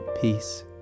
peace